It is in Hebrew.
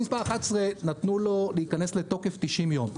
נתנו לו להיכנס לתוקף 90 יום.